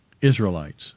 Israelites